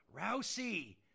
Rousey